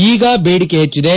ಈಗ ಬೇಡಿಕೆ ಹೆಚ್ಚಿದೆ